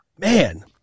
Man